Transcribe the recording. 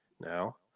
now